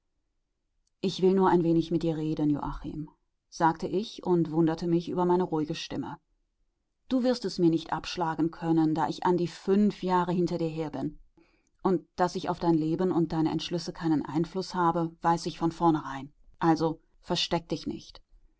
ich will nur ein wenig mit dir reden joachim sagte ich und wunderte mich über meine ruhige stimme du wirst es mir nicht abschlagen können da ich an die fünf jahre hinter dir her bin und daß ich auf dein leben und deine entschlüsse keinen einfluß habe weiß ich von vornherein also versteck dich nicht